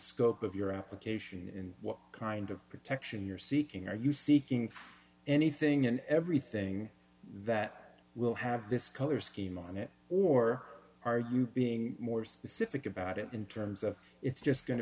scope of your application and what kind of protection you're seeking are you seeking for anything and everything that will have this color scheme on it or are you being more specific about it in terms of it's just go